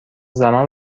زمان